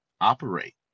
operate